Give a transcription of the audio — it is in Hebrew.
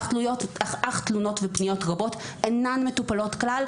אך תלונות ופניות רבות אינן מטופלות כלל,